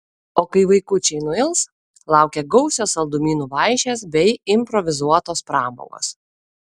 o kai vaikučiai nuils laukia gausios saldumynų vaišės bei improvizuotos pramogos